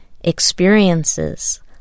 experiences